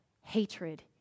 hatred